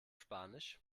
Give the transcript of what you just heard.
spanisch